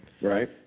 Right